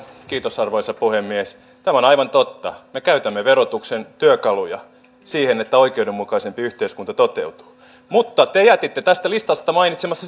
kiitos arvoisa puhemies tämä on aivan totta me käytämme verotuksen työkaluja siihen että oikeudenmukaisempi yhteiskunta toteutuu mutta te te jätitte tästä listasta mainitsematta